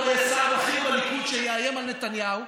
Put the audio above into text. יהיה שר בכיר בליכוד שיאיים על נתניהו.